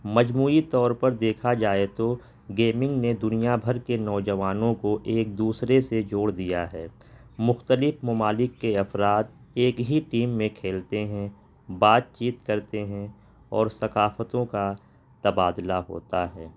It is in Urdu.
مجموعی طور پر دیکھا جائے تو گیمنگ نے دنیا بھر کے نوجوانوں کو ایک دوسرے سے جوڑ دیا ہے مختلف ممالک کے افراد ایک ہی ٹیم میں کھیلتے ہیں بات چیت کرتے ہیں اور ثقافتوں کا تبادلہ ہوتا ہے